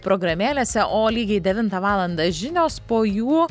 programėlėse o lygiai devintą valandą žinios po jų